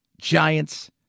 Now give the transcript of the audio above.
Giants